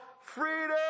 Freedom